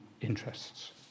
interests